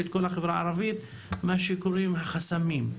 מה שקוראים החסמים.